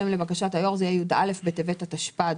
לבקשת היו"ר זה י"א בטבת התשפ"ד,